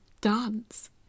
Dance